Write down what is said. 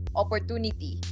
opportunity